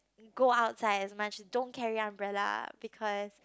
and go outside as much don't carry umbrella because